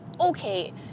okay